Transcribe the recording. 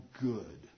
good